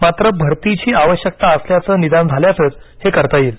मात्र भरतीची आवश्यकता असल्याचं निदान झाल्यासच हे करता येईल